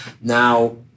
Now